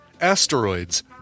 Asteroids